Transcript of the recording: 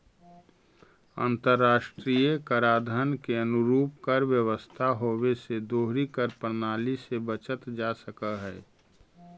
अंतर्राष्ट्रीय कराधान के अनुरूप कर व्यवस्था होवे से दोहरी कर प्रणाली से बचल जा सकऽ हई